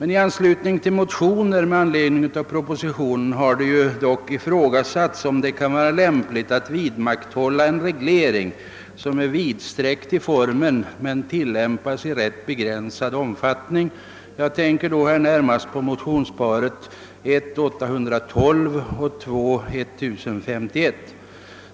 I anslutning till motioner med anledning av propositionen har det dock ifrågasatts om det kan vara lämpligt att vidmakthålla en reglering som till formen är vidsträckt men som tillämpas i rätt begränsad omfattning. Jag tänker närmast på motionsparet I: 812 och 11: 1051.